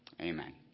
Amen